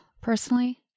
Personally